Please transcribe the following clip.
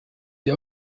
die